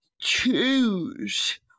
choose